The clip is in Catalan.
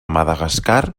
madagascar